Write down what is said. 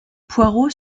poirot